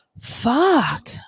fuck